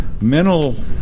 mental